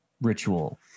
ritual